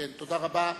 תודה רבה.